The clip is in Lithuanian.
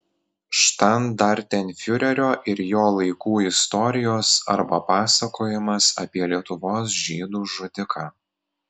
štandartenfiurerio ir jo laikų istorijos arba pasakojimas apie lietuvos žydų žudiką